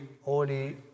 holy